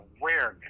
awareness